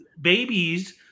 babies